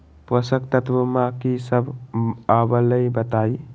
पोषक तत्व म की सब आबलई बताई?